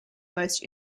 most